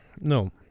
no